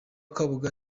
kabuga